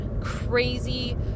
crazy